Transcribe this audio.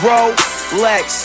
Rolex